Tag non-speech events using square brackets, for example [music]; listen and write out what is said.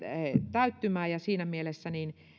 [unintelligible] tule täyttymään ja siinä mielessä [unintelligible] [unintelligible]